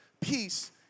peace